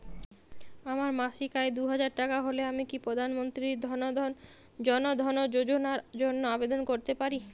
আমার মাসিক আয় দুহাজার টাকা হলে আমি কি প্রধান মন্ত্রী জন ধন যোজনার জন্য আবেদন করতে পারি?